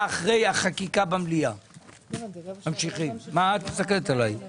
בשעה 11:10.